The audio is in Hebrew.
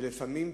ולפעמים,